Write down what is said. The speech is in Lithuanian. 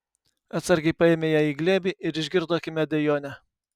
atsargiai paėmė ją į glėbį ir išgirdo kimią dejonę